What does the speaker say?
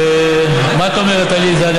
מה את אומרת, עליזה?